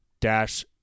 Dash